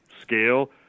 scale